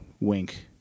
wink